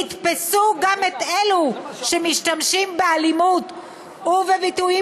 יתפסו גם את אלו שמשתמשים באלימות ובביטויים